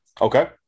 Okay